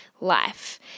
life